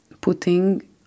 putting